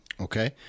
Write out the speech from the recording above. Okay